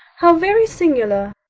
how very singular.